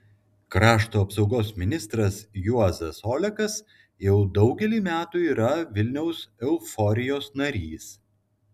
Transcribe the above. krašto apsaugos ministras juozas olekas jau daugelį metų yra vilniaus euforijos narys